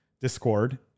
discord